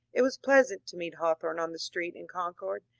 it was pleasant to meet hawthorne on the street in con cord,